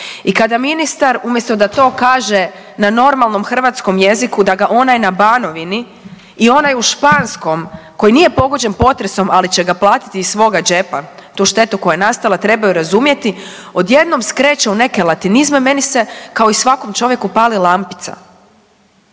i kada ministar, umjesto da to kaže na normalnom hrvatskom jeziku, da ga onaj na Banovini i onaj u Španskom koji nije pogođen potresom, ali će ga platiti iz svoga džepa, tu štetu koja je nastala, trebaju razumjeti, odjednom skreće u neke latinizme, meni se kao i svakom čovjeku, pali lampica.